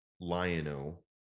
Lion-O